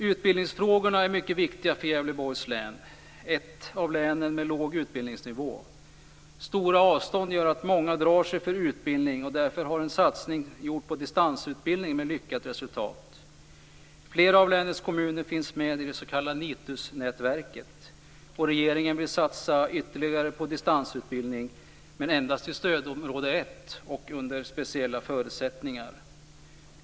Utbildningsfrågorna är mycket viktiga för Gävleborgs län, ett av länen med låg utbildningsnivå. Stora avstånd gör att många drar sig för utbildning. Därför har en satsning gjorts på distansutbildning, med lyckat resultat. Flera av länets kommuner finns med i nätverket NITUS. Regeringen vill satsa ytterligare på distansutbildning, men endast till stödområde 1 och under speciella förutsättningar.